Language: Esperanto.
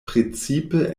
precipe